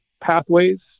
pathways